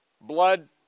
blood